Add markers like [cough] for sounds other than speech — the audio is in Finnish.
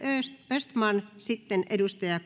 östman sitten edustaja [unintelligible]